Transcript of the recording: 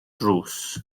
drws